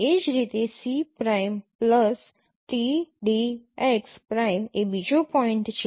એ જ રીતે C prime plus t d x prime એ બીજો પોઈન્ટ છે